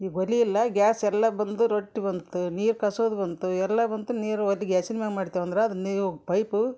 ಈಗ ಒಲೆ ಇಲ್ಲ ಗ್ಯಾಸ್ ಎಲ್ಲ ಬಂದು ಬಂತು ನೀರು ಕಾಸೋದು ಬಂತು ಎಲ್ಲ ಬಂತು ನೀರು ಒದ್ ಗ್ಯಾಸಿನ ಮ್ಯಾಲ್ ಮಾಡ್ತೇವೆ ಅಂದ್ರೆ ಅದು ನೀವು ಪೈಪು